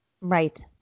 Right